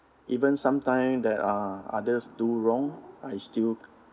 even some time there are others do wrong I still